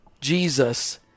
jesus